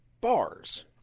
bars